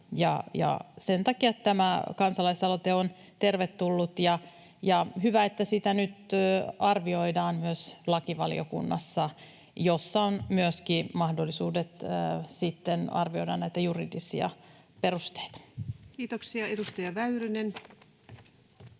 sen takia tämä kansalaisaloite on tervetullut. On hyvä, että sitä nyt arvioidaan myös lakivaliokunnassa, jossa on myöskin mahdollisuudet sitten arvioida näitä juridisia perusteita. [Speech 191] Speaker: